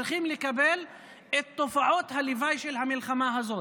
צריכים לקבל את תופעות הלוואי של המלחמה הזאת.